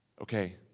okay